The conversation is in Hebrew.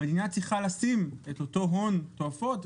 המדינה צריכה לשים את אותו הון תועפות,